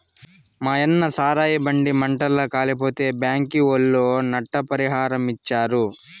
మాయన్న సారాయి బండి మంటల్ల కాలిపోతే బ్యాంకీ ఒళ్ళు నష్టపరిహారమిచ్చారు